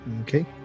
Okay